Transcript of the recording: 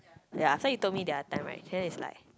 ya so he told me their time right then it's like